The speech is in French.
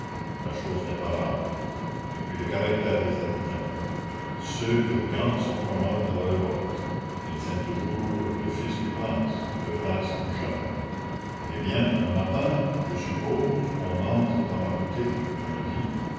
la chose n'est pas rare et puis le caractère des habitants ceux de gand sont commodes à la révolte ils aiment toujours le fils du prince le prince jamais eh bien un matin je suppose on entre dans ma boutique on me dit